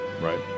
Right